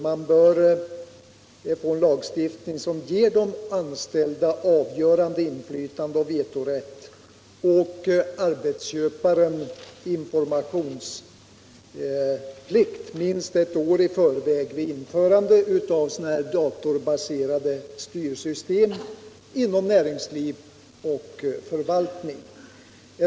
Man bör få en lagstiftning som ger de anställda avgörande inflytande och vetorätt och arbetsköparen informationsplikt minst ett år i förväg vid införande av datorbaserade styrsystem inom näringsliv och förvaltning.